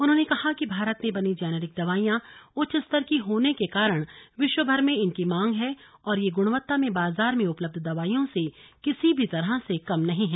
उन्होंने कहा कि भारत में बनी जेनरिक दवाइयां उच्चस्तर की होने के कारण विश्वभर में इनकी मांग है और ये गुणवत्ता में बाजार में उपलब्ध दवाइयों से किसी भी तरह से कम नहीं हैं